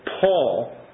Paul